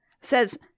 says